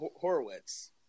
Horowitz